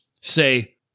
Say